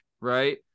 right